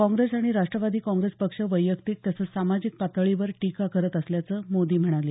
काँग्रेस आणि राष्ट्रवादी काँग्रेस पक्ष वैयक्तिक तसंच सामाजिक पातळीवर टीका करत असल्याचं मोदी म्हणाले